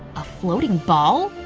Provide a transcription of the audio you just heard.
a floating ball?